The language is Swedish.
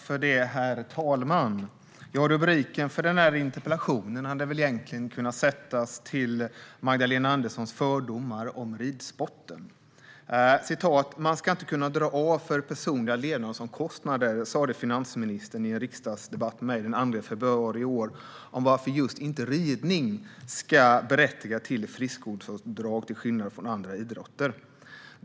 Herr talman! Rubriken för interpellationen hade egentligen kunnat lyda Magdalena Anderssons fördomar om ridsporten . Man ska inte kunna dra av för personliga levnadsomkostnader, sa finansministern i en riksdagsdebatt med mig den 2 februari i år om varför just ridning inte ska berättiga till friskvårdsavdrag till skillnad från andra idrotter.